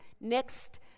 next